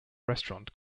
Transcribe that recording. restaurant